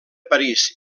parís